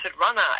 runner